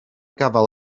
gafael